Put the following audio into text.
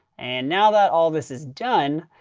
and now that all this is done,